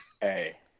Hey